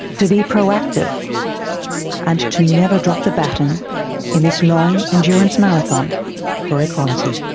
to be pro-active and to never drop the baton in this long endurance marathon for equality.